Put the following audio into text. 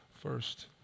first